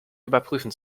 überprüfen